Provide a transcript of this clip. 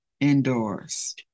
indoors